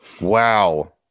Wow